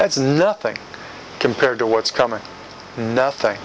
that's nothing compared to what's coming in nothing